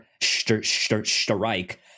strike